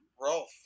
Rolf